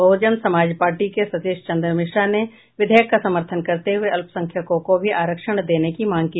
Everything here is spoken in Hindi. बहुजन समाज पार्टी के सतीश चन्द मिश्रा ने विधेयक का समर्थन करते हुए अल्पसंख्यकों को भी आरक्षण देने की मांग की